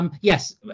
Yes